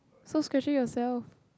so scratching yourself